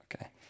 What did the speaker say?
Okay